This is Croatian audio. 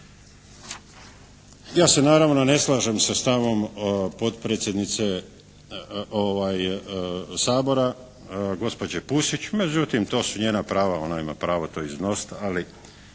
Ja se naravno ne slažem sa stavom potpredsjednice Sabora, gospođe Pusić međutim, to su njena prava. Ona ima pravo to iznosit ali